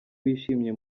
wishimye